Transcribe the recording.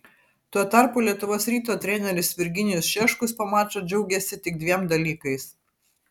tuo tarpu lietuvos ryto treneris virginijus šeškus po mačo džiaugėsi tik dviem dalykais